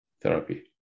therapy